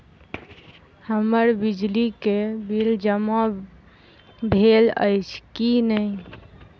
हम्मर बिजली कऽ बिल जमा भेल अछि की नहि?